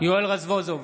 יואל רזבוזוב,